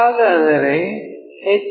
ಹಾಗಾದರೆ ಎಚ್